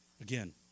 Again